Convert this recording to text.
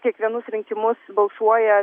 kiekvienus rinkimus balsuoja